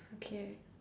okay